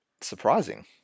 surprising